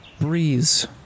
Breeze